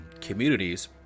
communities